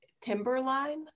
Timberline